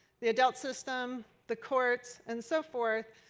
the adult system, the courts and so forth,